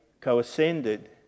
co-ascended